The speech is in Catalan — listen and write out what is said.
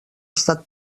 estat